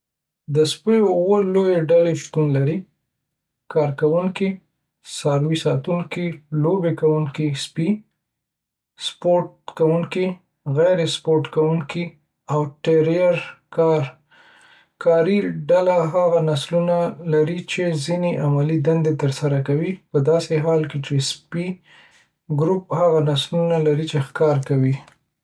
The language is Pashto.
د سپو اووه لویې ډلې شتون لري: کار کوونکی، څاروی ساتونکی، لوبو کوونکی، سپی، سپورت کوونکی، غیر سپورت کوونکی، او ټیریر. کاري ډله هغه نسلونه لري چې ځینې عملي دندې ترسره کوي، پداسې حال کې چې د سپی ګروپ هغه نسلونه لري چې ښکار کوي.